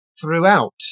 throughout